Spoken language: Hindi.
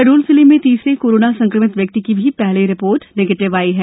शहड़ोल जिले में तीसरे कोरोना संक्रमित व्यक्ति की भी पहली रिपोर्ट निगेटिव पायी गयी है